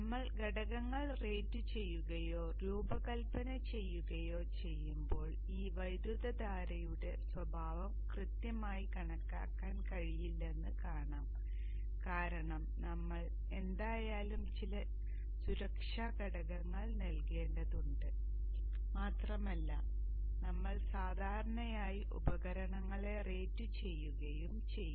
നമ്മൾ ഘടകങ്ങൾ റേറ്റുചെയ്യുകയോ രൂപകൽപന ചെയ്യുകയോ ചെയ്യുമ്പോൾ ഈ വൈദ്യുതധാരയുടെ സ്വഭാവം കൃത്യമായി കണക്കാക്കാൻ കഴിയില്ലെന്ന് കാണാം കാരണം നമ്മൾ എന്തായാലും ചില സുരക്ഷാ ഘടകങ്ങൾ നൽകേണ്ടതുണ്ട് മാത്രമല്ല നമ്മൾ സാധാരണയായി ഉപകരണങ്ങളെ റേറ്റുചെയ്യുകയും ചെയ്യും